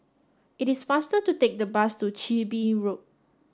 it is faster to take the bus to Chin Bee Road